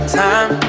time